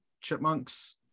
chipmunks